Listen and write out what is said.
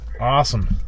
Awesome